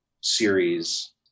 series